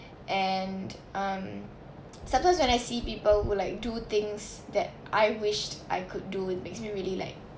and um sometimes when I see people will like do things that I wished I could do it makes me really like